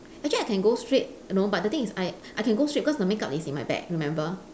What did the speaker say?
actually I can go straight you know but the thing is I I can go straight because my makeup is in my bag remember